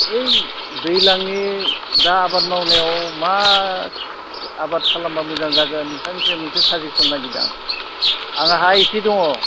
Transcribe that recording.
ओइ दैज्लांनि दा आबाद मावनायाव मा आबाद खालामोबा मोजां जागोन नोंथांनिफ्राय मोनसे साजेसन नागिरदों आं आंना हा इसे दङ